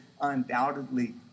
undoubtedly